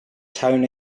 town